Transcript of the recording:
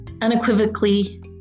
unequivocally